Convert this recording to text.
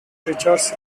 richards